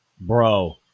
Bro